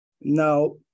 Now